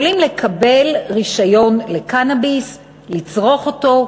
יכולים לקבל רישיון לקנאביס, לצרוך אותו,